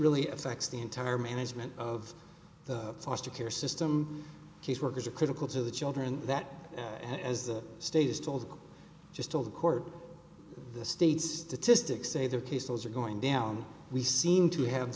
really affects the entire management of the foster care system caseworkers are critical to the children that as the state is told just told the court the state's statistics say their case those are going down we seem to have